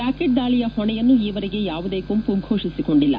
rocket ದಾಳಿಯ ಹೊಣೆಯನ್ನು ಈವರೆಗೆ ಯಾವುದೇ ಗುಂಪು ಘೋಷಿಸಿಕೊಂಡಿಲ್ಲ